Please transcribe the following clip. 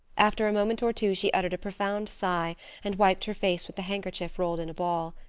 after a moment or two she uttered a profound sigh and wiped her face with the handkerchief rolled in a ball.